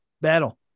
battle